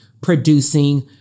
producing